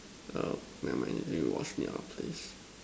err never mind did you watch me I will play